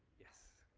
yes.